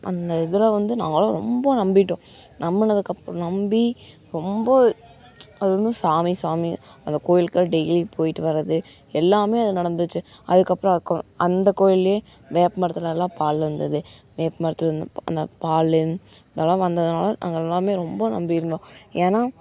அந்த இதில் வந்து நாங்களாம் ரொம்ப நம்பிட்டோம் நம்பினதுக்கப்புறம் நம்பி ரொம்ப அது வந்து சாமி சாமி அந்த கோயிலுக்கெலாம் டெய்லி போய்ட்டு வரது எல்லாமே அது நடந்துச்சு அதுக்கப்பறம் அக்கோ அந்த கோயில்லியே வேப்ப மரத்துலெலாம் பால் வந்தது வேப்ப மரத்துலருந்து பா அந்த பால் அதெல்லாம் வந்ததுனால் நாங்கள் எல்லாருமே ரொம்ப நம்பியிருந்தோம் ஏன்னா